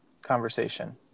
conversation